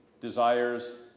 desires